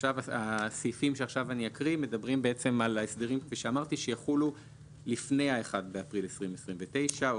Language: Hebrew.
הסעיפים שאקרא עכשיו מדברים על ההסדרים שיחולו לפי 1 באפריל 2029. "9.